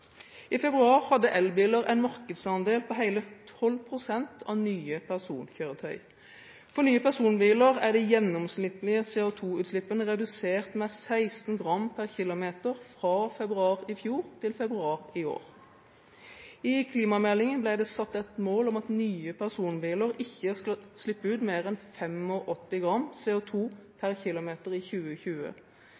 I februar hadde elbiler en markedsandel på hele 12 pst. av nye personkjøretøy. For nye personbiler er de gjennomsnittlige CO2-utslippene redusert med 16 gram per kilometer fra februar i fjor til februar i år. I klimameldingen ble det satt et mål om at nye personbiler ikke skal slippe ut mer enn 85 gram